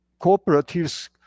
cooperatives